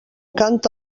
canta